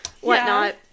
whatnot